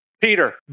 Peter